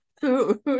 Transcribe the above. food